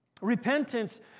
Repentance